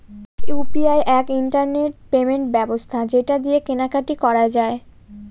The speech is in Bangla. ইউ.পি.আই এক ইন্টারনেট পেমেন্ট ব্যবস্থা যেটা দিয়ে কেনা কাটি করা যায়